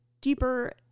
deeper